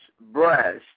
breast